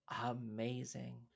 Amazing